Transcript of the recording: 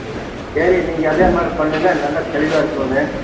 சரி சரி நீங்கள் அதேமாதிரி பண்ணுங்கள் நல்லா தெளிவாக இருக்கணும்